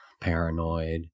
paranoid